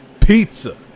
pizza